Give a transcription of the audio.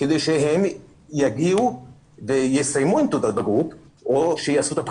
כדי שהם יגיעו ויסיימו עם תעודת בגרות או שיעשו את הבחינות.